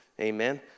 Amen